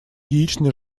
яичный